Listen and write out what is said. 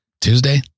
Tuesday